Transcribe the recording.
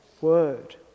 word